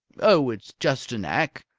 oh, it's just a knack.